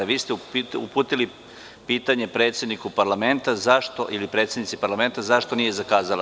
Vi ste uputili pitanje predsedniku parlamenta ili predsednici parlamenta zašto nije zakazala.